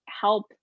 help